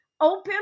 open